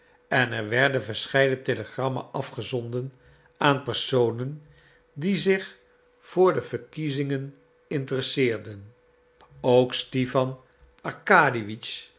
en er werden verscheiden telegrammen afgezonden aan personen die zich voor de verkiezingen interesseerden ook stipan